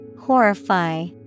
Horrify